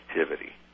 activity